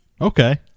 Okay